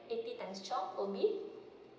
eighty times twelve will be